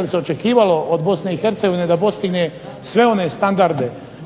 li se očekivalo od BiH da postigne sve one standarde